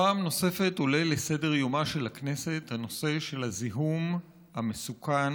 פעם נוספת עולה לסדר-יומה של הכנסת הנושא של הזיהום המסוכן,